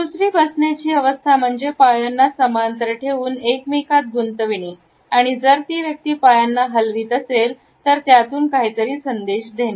दुसरी बसण्याची अवस्था म्हणजेच पायांना समांतर ठेवून एकमेकात गुंतविणे आणि जर ती व्यक्ती पायांना हलवीत असेल असेल तर त्यातून काहीतरी संदेश देणे